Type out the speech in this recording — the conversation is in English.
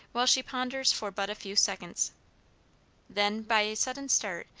while she ponders for but a few seconds then, by a sudden start,